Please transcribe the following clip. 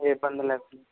ఏ ఇబ్బంది లేకుండా